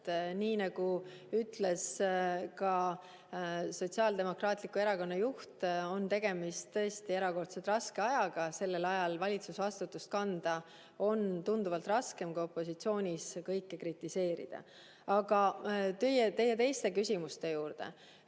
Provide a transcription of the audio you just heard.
Nii nagu ütles ka Sotsiaaldemokraatliku Erakonna juht, on tegemist tõesti erakordselt raske ajaga. Sellel ajal valitsusvastutust kanda on tunduvalt raskem kui opositsioonis kõike kritiseerida. Aga teie teiste küsimuste juurde.